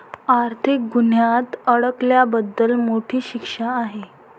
आर्थिक गुन्ह्यात अडकल्याबद्दल मोठी शिक्षा आहे